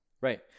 Right